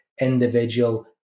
individual